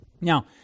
Now